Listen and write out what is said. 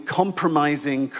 compromising